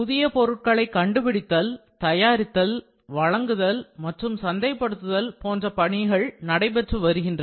புதிய பொருட்களை கண்டுபிடித்தல் தயாரித்தல் வழங்குதல் மற்றும் சந்தைப்படுத்துதல் போன்ற பணிகள் நடைபெற்று வருகின்றன